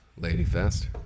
Ladyfest